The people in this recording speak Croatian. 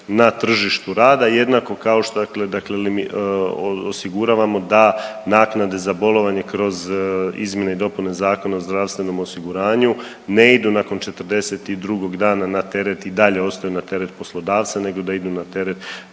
na tržištu rada jednako kao što dakle osiguravamo da naknada za bolovanje kroz izmjene i dopune Zakona o zdravstvenom osiguranju ne idu nakon 42 na teret i dalje ostaju na teret poslodavaca nego da idu na teret